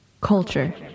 Culture